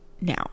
now